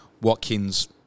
Watkins